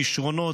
כישרונות,